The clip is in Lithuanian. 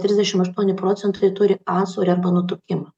trisdešim aštuoni procentai turi antsvorį arba nutukimą